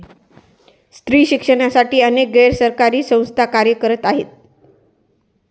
स्त्री शिक्षणासाठी अनेक गैर सरकारी संस्था कार्य करत आहेत